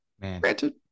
Granted